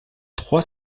trois